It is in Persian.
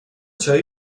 چایی